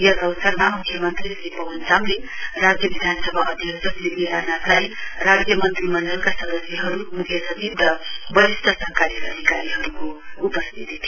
यस अवसरमा म्ख्यमन्त्री श्री पवन चामलिङ राज्य विधानसभा अध्यक्ष श्री केदारनाथ राज राज्यमन्त्रीमण्डलका सदस्यहरु मुख्य सचिव र वरिस्ट सरकारी अधिकारीहरुको उपस्थिती थियो